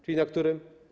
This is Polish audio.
Czyli na którym?